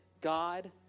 God-